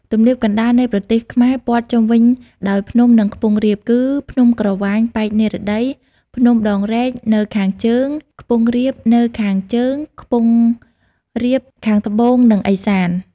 ទំនាបកណ្តាលនៃប្រទេសខ្មែរព័ទ្ធជំុវិញដោយភ្នំ និងខ្ពង់រាបគឺ ភ្នំក្រវាញប៉ែកនិរតី ភ្នំដងរែកនៅខាងជើង ខ្ពង់រាបនៅខាងជើង ខ្ពង់រាបខាងត្បូងនិង ឦសាន។